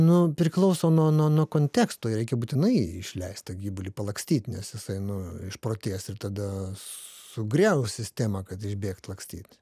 nu priklauso nuo nuo nuo konteksto jį reikia būtinai išleist tą gyvulį palakstyt nes jisai nu išprotės ir tada sugriaus sistemą kad išbėgt lakstyt